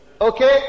okay